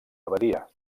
abadia